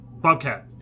Bobcat